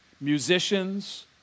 musicians